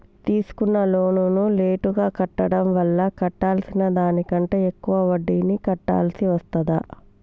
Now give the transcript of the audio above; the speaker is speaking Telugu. తీసుకున్న లోనును లేటుగా కట్టడం వల్ల కట్టాల్సిన దానికంటే ఎక్కువ వడ్డీని కట్టాల్సి వస్తదా?